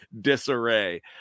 disarray